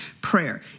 prayer